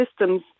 systems